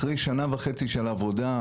אחרי שנה וחצי של עבודה,